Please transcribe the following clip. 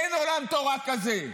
אין עולם תורה כזה.